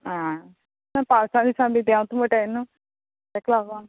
आं ना पावसा दिसांनी देंवता बी म्हुणटाय न्हू तेका लागोन